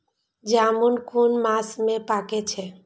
जामून कुन मास में पाके छै?